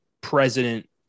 president